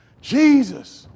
Jesus